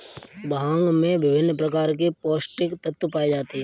भांग में विभिन्न प्रकार के पौस्टिक तत्त्व पाए जाते हैं